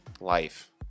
life